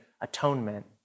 atonement